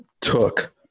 took